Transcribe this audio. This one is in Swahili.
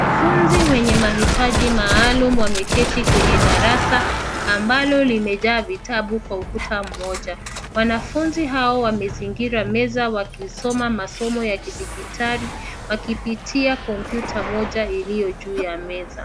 Wanafunzi wenye mahitaji maalum wameketi kwenye darasa ambalo limejaa vitabu kwa ukuta mmoja. Wanafunzi hao wamezingira meza wakisoma masomo ya kidijitali wakipitia kompyuta moja iliyojuu ya meza.